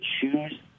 choose